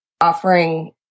offering